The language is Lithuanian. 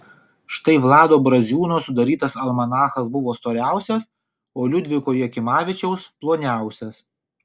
štai vlado braziūno sudarytas almanachas buvo storiausias o liudviko jakimavičiaus ploniausias